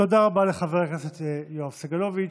תודה רבה לחבר הכנסת יואב סגלוביץ'.